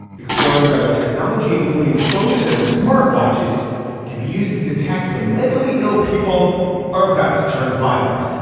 exploring whether technology including phones and smart watches can be used to detect when mentally ill people are about to turn violent.